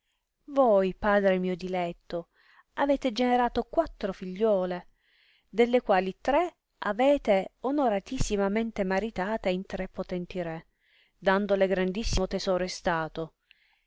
voi padre mio diletto avete generato quattro figliuole delle quali tre avete onoratissimamente maritate in tre potenti re dandole grandissimo tesoro e stato